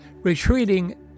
retreating